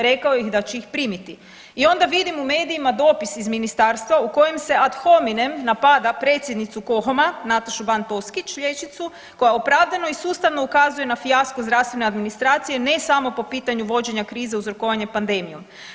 Rekao je da će ih primiti i onda vidim u medijima dopis iz ministarstva u kojem se ad hominem napada predsjednicu KOHOM-a Natašu Ban Toskić, liječnicu koja opravdano i sustavno ukazuje na fijasko zdravstvene administracije ne samo po pitanju vođenja krize uzrokovane pandemijom.